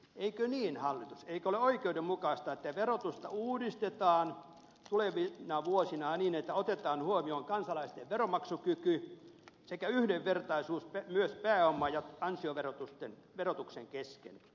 eikö niin hallitus eikö ole oikeudenmukaista että verotusta uudistetaan tulevina vuosina niin että otetaan huomioon kansalaisten veronmaksukyky sekä yhdenvertaisuus myös pääoma ja ansiotuloverotuksen suhteen